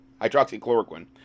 Hydroxychloroquine